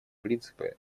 принципа